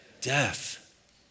death